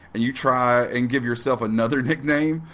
and you try and give yourself another nickname,